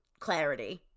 clarity